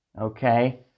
okay